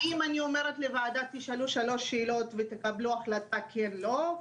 האם אני אומרת לוועדה תשאלו שלוש שאלות ותקבלו החלטה כן או לא?